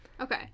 Okay